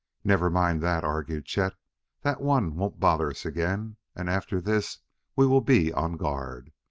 never mind that, argued chet that one won't bother us again, and after this we will be on guard.